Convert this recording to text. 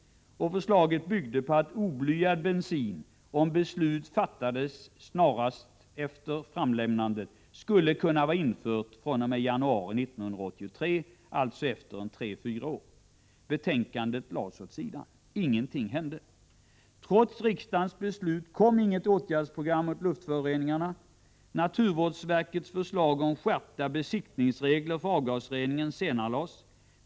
Förslaget byggde på att oblyad bensin, om beslut fattades snarast efter betänkandets avlämnande, skulle kunna vara införd i januari 1983, alltså efter tre fyra år. Betänkandet lades åt sidan — ingenting hände. Trots riksdagens beslut kom inget åtgärdsprogram mot luftföroreningarna. Naturvårdsverkets förslag om skärpta besiktningsregler för avgasreningen senarelades.